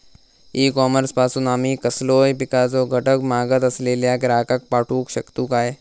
E commerce पासून आमी कसलोय पिकाचो घटक मागत असलेल्या ग्राहकाक पाठउक शकतू काय?